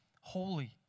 holy